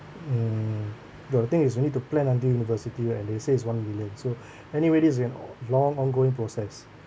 mm the thing is you need to plan until university right and they say is one million so anyway this is an o~ long ongoing process